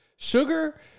Sugar